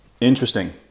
Interesting